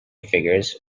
figures